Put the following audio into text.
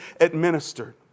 administered